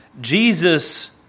Jesus